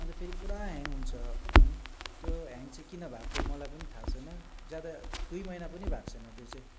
अन्त फेरि पुरा ह्याङ हुन्छ फोन त्यो ह्याङ चाहिँ किन भएको मलाई पनि थाह छैन ज्यादा दुई महिना पनि भएको छैन त्यो चाहिँ